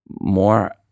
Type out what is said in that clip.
More